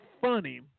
funny